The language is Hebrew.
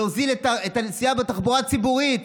להוזיל את הנסיעה בתחבורה הציבורית.